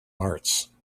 arts